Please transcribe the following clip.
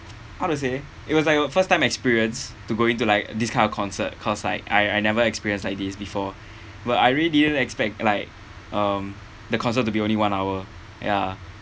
how to say it was like a first time experience to go into like this kind of concert cause like I I never experienced like this before but I really didn't expect like um the concert to be only one hour ya